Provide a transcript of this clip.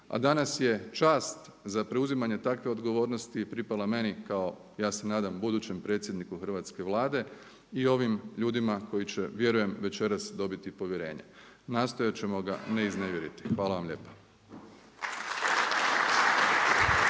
a danas je čast za preuzimanje takve odgovornosti pripala meni kao ja se nadam budućem predsjedniku Hrvatske vlade i ovim ljudima koji će vjerujem večeras dobiti povjerenje. Nastojat ćemo ga ne iznevjeriti. Hvala vam lijepa.